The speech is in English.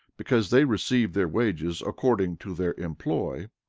because they received their wages according to their employ,